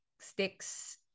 sticks